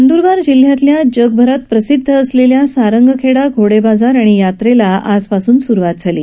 नंदरबार जिल्ह्यातल्या जगभरात प्रसिदध असलेल्या सारंगखेडा घोडे बाजार आणि यात्रेला आजपासून सुरवात झाली आहे